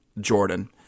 Jordan